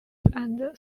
and